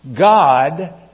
God